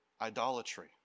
idolatry